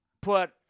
Put